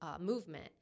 movement